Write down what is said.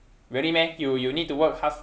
really meh you you need to work half